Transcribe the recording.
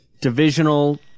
divisional